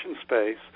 space